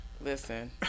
Listen